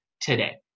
today